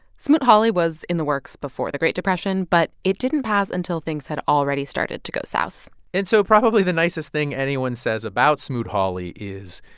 smoot-hawley was in the works before the great depression, but it didn't pass until things had already started to go south and so probably the nicest thing anyone says about smoot-hawley is,